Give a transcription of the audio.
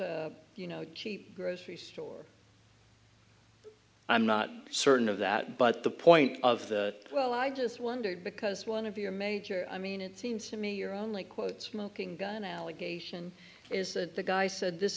nearest you know grocery store i'm not certain of that but the point of the well i just wondered because one of your major i mean it seems to me your only quote smoking gun allegation is that the guy said this